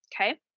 Okay